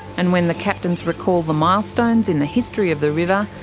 and when the captains recall the milestones in the history of the river,